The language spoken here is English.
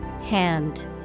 Hand